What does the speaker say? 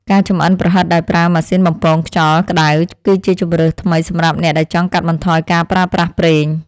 ការចម្អិនប្រហិតដោយប្រើម៉ាស៊ីនបំពងខ្យល់ក្តៅគឺជាជម្រើសថ្មីសម្រាប់អ្នកដែលចង់កាត់បន្ថយការប្រើប្រាស់ប្រេង។